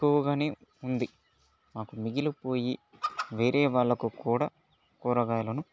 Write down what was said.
ఎక్కువుగానే ఉంది మాకు మిగిలిపోయి వేరే వాళ్లకు కూడా కూరగాయలను